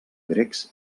grecs